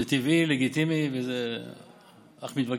זה טבעי, לגיטימי, וזה אך מתבקש,